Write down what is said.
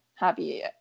happy